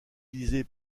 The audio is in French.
libérée